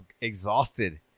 exhausted